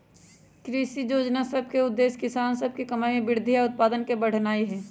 कृषि जोजना सभ के उद्देश्य किसान सभ के कमाइ में वृद्धि आऽ उत्पादन के बढ़ेनाइ हइ